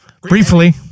Briefly